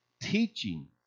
teaching